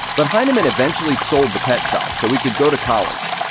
but hyneman eventually sold the pet shop so he could go to college.